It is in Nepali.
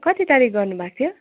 कति तारिक गर्नुभएको थियो